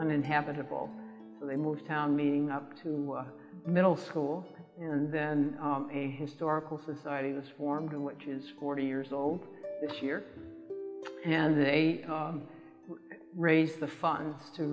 uninhabitable so they moved town meeting up to middle school and then a historical society was formed in which is forty years old this year and they raise the funds to